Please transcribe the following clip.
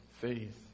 faith